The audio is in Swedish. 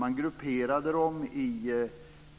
De grupperades